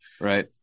Right